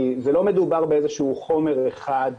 כי לא מדובר באיזשהו חומר אחד,